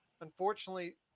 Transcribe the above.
unfortunately